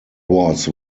was